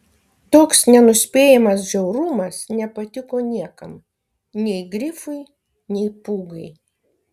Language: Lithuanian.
toks nenuspėjamas žiaurumas nepatiko niekam nei grifui nei pūgai